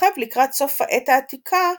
ומתרחב לקראת סוף העת העתיקה,